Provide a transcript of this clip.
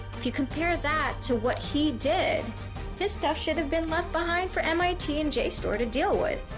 if you compare that to what he did this stuff should have been left behind for mit and jstor to deal with,